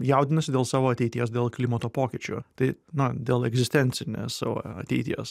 jaudinasi dėl savo ateities dėl klimato pokyčių tai nu dėl egzistencinės savo ateities